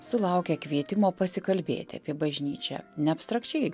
sulaukę kvietimo pasikalbėti apie bažnyčią ne abstrakčiai